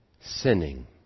sinning